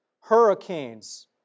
Hurricanes